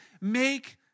make